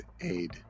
aid